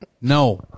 No